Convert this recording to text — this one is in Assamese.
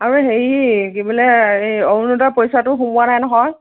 আৰু হেৰি কি বোলে এই অৰুণোদয়ৰ পইচাটো সোমোৱা নাই নহয়